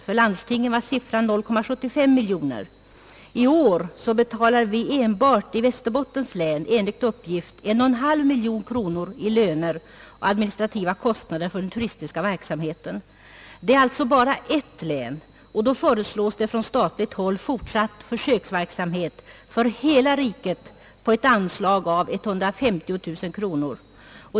För landstingen var siffran 0,75 miljon. I år betalar vi enbart i Västerbottens län enligt uppgift 1,5 miljon kronor i löner och = <administrationskostnader för den turistiska verksamheten. Det är alltså i bara ett län, men på statligt håll föreslås en fortsatt försöksverksamhet för hela riket på ett anslag av 150 000 kronor!